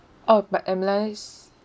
oh but